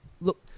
look